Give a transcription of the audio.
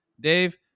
Dave